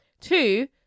Two